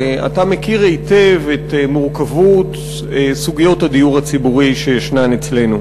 ואתה מכיר היטב את מורכבות סוגיות הדיור הציבורי אצלנו.